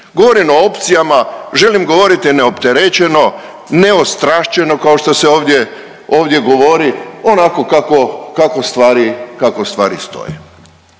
Govorim o opcijama, želim govoriti neopterećeno, neostrašćeno kao što se ovdje, ovdje govori onako kako, kako stvari,